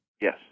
Yes